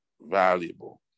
valuable